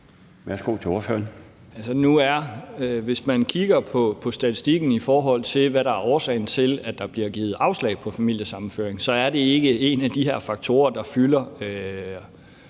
Schack Pedersen (V): Hvis man kigger på statistikken over, hvad der er årsagen til, at der bliver givet afslag på familiesammenføring, er det ikke en af de her faktorer, der fylder